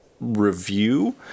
review